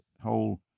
whole